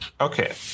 Okay